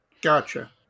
Gotcha